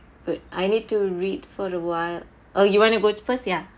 good I need to read for awhile oh you wanna go first ya